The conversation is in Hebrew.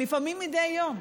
לפעמים מדי יום.